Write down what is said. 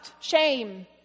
shame